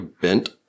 bent